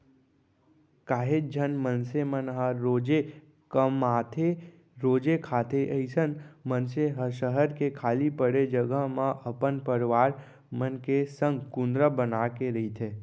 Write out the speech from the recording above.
काहेच झन मनसे मन ह रोजे कमाथेरोजे खाथे अइसन मनसे ह सहर के खाली पड़े जघा म अपन परवार मन के संग कुंदरा बनाके रहिथे